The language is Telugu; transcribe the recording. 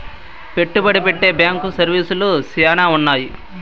పెట్టుబడి పెట్టే బ్యాంకు సర్వీసులు శ్యానా ఉన్నాయి